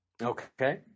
Okay